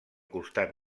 costat